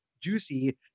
juicy